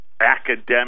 Academic